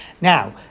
Now